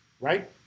right